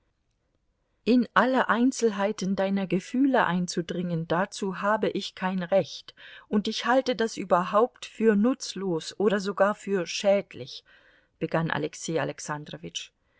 in alle einzelheiten deiner gefühle einzudringen dazu habe ich kein recht und ich halte das überhaupt für nutzlos oder sogar für schädlich begann alexei